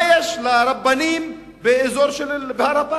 מה יש לרבנים להתכנס בהר-הבית?